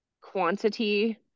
quantity